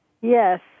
Yes